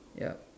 ya